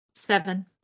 Seven